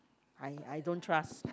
I I don't trust